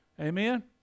Amen